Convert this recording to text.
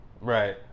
Right